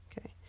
okay